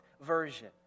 version